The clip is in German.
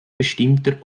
bestimmter